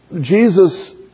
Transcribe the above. Jesus